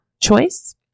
choice